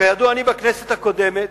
כידוע, בכנסת הקודמת